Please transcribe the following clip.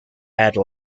other